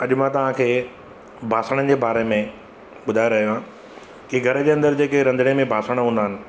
अॼु मां तव्हांखे बासणनि जे बारे में ॿुधायो रहियो अहियां की घर जे अंदर जेके रंधिणे में बासण हूंदा आहिनि